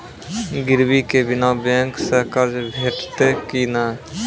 गिरवी के बिना बैंक सऽ कर्ज भेटतै की नै?